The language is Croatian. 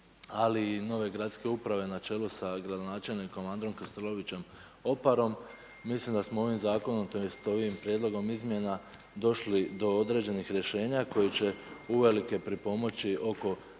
ali i nove gradske uprave na čelu sa gradonačelnikom Androm Krstulovićem Oparom, mislim da smo ovim zakonom tj. ovim prijedlogom izmjena došli do određenih rješenja koje će uvelike pripomoći oko